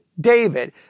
David